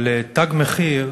אבל "תג מחיר"